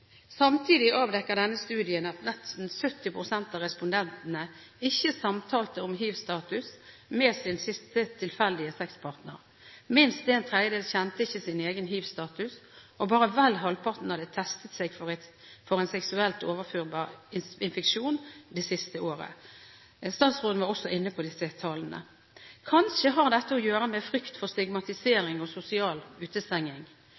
Samtidig avdekker denne studien at nesten 70 pst. av respondentene ikke samtalte om hivstatus med sin siste tilfeldige sexpartner, minst en tredel kjente ikke sin egen hivstatus, og bare vel halvparten hadde testet seg for en seksuelt overførbar infeksjon det siste året – statsråden var også inne på disse tallene. Kanskje har dette med frykt for stigmatisering og sosial utestenging